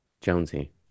Jonesy